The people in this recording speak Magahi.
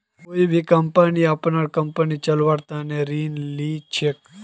कोई भी कम्पनी अपनार कम्पनी चलव्वार तने ऋण ली छेक